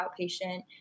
outpatient